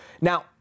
Now